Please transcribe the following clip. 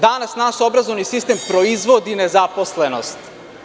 Danas naš obrazovni sistem proizvodi nezaposlenost.